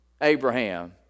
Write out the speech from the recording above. Abraham